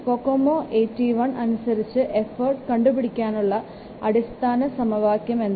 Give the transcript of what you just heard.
COCOMO 81 അനുസരിച്ച് effort കണ്ടുപിടിക്കാനുള്ള അടിസ്ഥാന സമവാക്യം എന്നാൽ